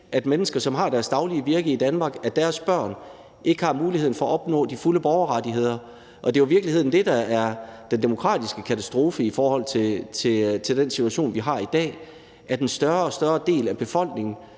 til mennesker, som har deres daglige virke i Danmark, at deres børn ikke har muligheden for at opnå de fulde borgerrettigheder. Det er jo i virkeligheden det, der er den demokratiske katastrofe i den situation, vi har i dag: at en større og større del af befolkningen